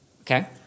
Okay